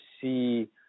see